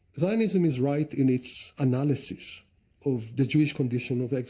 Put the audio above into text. zionism is right in its analysis of the jewish condition of